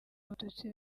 abatutsi